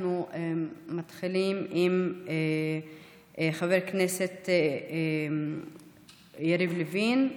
אנחנו מתחילים עם חבר הכנסת יריב לוין.